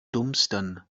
dumpstern